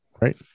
Right